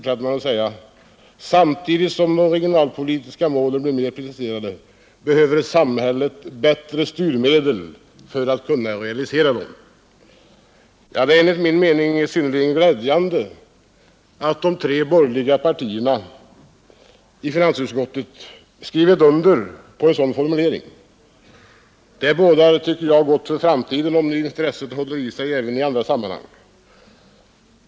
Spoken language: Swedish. Samtidigt som de regionalpolitiska målen blir mer preciserade behöver samhället bättre styrmedel för att kunna realisera dem.” Det är enligt min mening synnerligen glädjande att de tre borgerliga partiernas representanter i finansutskottet har skrivit under en sådan formulering. Det bådar gott för framtiden, om intresset håller i sig även i andra sammanhang.